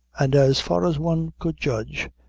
and, as far as one could judge,